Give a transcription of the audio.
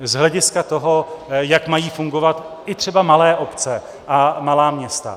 Z hlediska toho, jak mají fungovat i třeba malé obce a malá města.